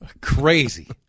Crazy